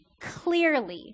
clearly